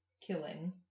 killing